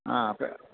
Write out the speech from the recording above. ആ അതെ